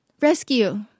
rescue